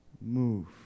move